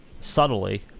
subtly